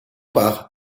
par